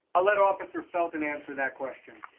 ah let officer felton answer that question.